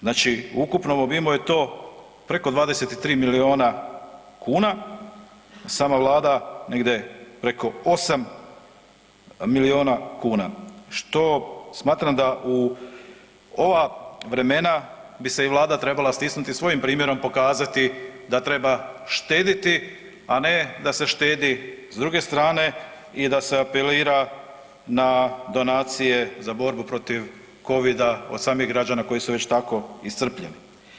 Znači u ukupnom obimu je to preko 23 milijuna kuna, a sama Vlada negdje preko 8 milijuna kuna, što smatram da u ova vremena bi se i Vlada trebala stisnuti, svojim primjerom pokazati da treba štedjeti, a ne da se štedi s druge strane i da se apelira na donacije za borbu protiv Covida od samih građana koji su već tako iscrpljeni.